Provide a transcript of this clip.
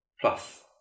Plus